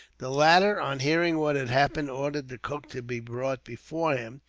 the latter, on hearing what had happened, ordered the cook to be brought before him,